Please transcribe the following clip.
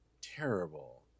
terrible